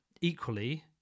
equally